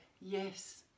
Yes